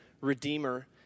redeemer